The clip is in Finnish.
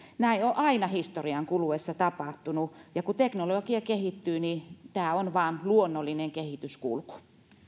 näin on aina historian kuluessa tapahtunut ja kun teknologia kehittyy niin tämä on vain luonnollinen kehityskulku